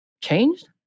changed